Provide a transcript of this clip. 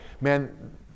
man